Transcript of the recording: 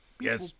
Yes